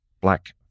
black